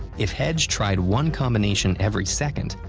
if hedge tried one combination every second,